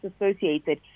associated